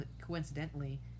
coincidentally